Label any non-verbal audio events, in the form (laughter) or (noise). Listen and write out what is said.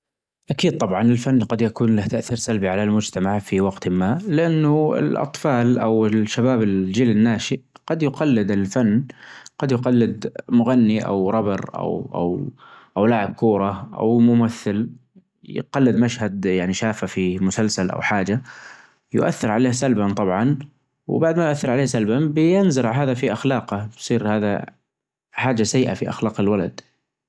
إيه والله، الفن له دور كبير بتحسين المجتمع (hesitation) يعلم الناس يقدرون الجمال، ويزرع فيهم الإحساس، سواء كان شعر، رسم، أو حتى أغاني. يفتح عيونهم على قظايا المجتمع ويخليهم يفكرون بحلول (hesitation) غير كذا، الفن يجمع الناس، يعبرون عن مشاعرهم ويقربون لبعظ يعني لو المجتمع عنده فن زين، بيكون أكثر تحظر وتفاهم.